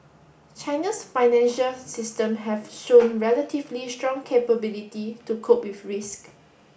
China's financial system have shown relatively strong capability to cope with risk